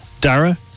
Dara